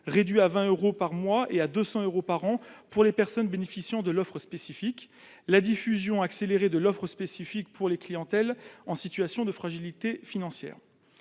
réduit à 20 euros par mois et à 200 euros par an pour les personnes bénéficiant de l'offre spécifique ; diffusion accélérée de l'offre spécifique pour la clientèle en situation de fragilité financière.